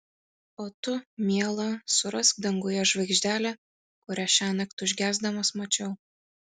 o tu miela surask danguje žvaigždelę kurią šiąnakt užgesdamas mačiau